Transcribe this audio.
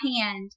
hand